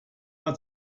war